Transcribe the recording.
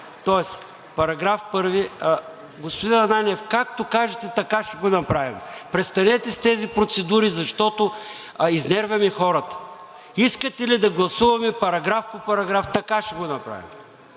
Настимир Ананиев.) Господин Ананиев, както кажете, така ще го направим. Престанете с тези процедури, защото изнервяме хората. Искате ли да гласуваме параграф по параграф, така ще го направим.